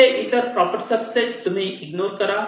हे इतर proper subset तुम्ही इग्नोर करा